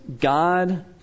God